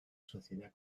sociedad